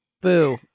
Boo